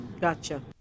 Gotcha